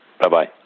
Bye-bye